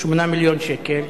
8 מיליון שקל,